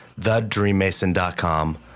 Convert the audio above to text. thedreammason.com